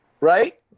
Right